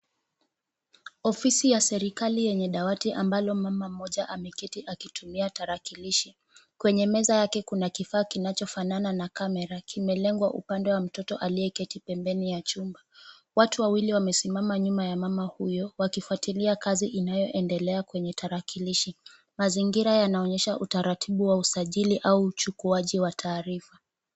Ofisi ya serikali yenye dawati ambalo mama mmoja ameketi akitumia tarakilishi, kwenye meza yake kuna kifaa kinacho fanana na camera kimelengwa. Upande kuna mtoto aliyeketi pembeni mwa chumba watu wawili wamesimama nyuma ya mama huyo wakifwatilia kazi inayoendelea kwenye tarakilishi. Mazingira yanaonyesha utaratibu wa usajili au uchukuaji wa taarifa.